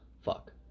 Fuck